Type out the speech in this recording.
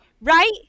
Right